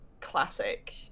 classic